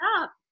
up